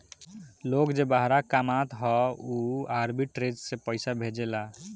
लोग जे बहरा कामत हअ उ आर्बिट्रेज से पईसा भेजेला